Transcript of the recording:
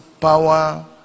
power